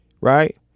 right